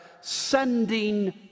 sending